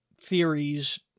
theories